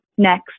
Next